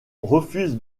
refuse